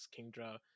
Kingdra